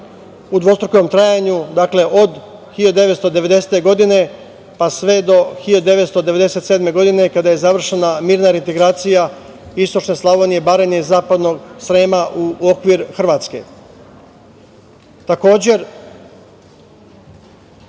u dvostrukom trajanju, dakle od 1990. godine, pa sve do 1997. godine, kada je završena mirna reintegracija Istočne Slavonije, Baranje, Zapadnog Srema u okvir Hrvatske. Takođe,